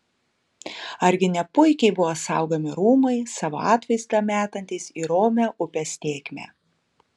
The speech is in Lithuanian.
argi ne puikiai buvo saugomi rūmai savo atvaizdą metantys į romią upės tėkmę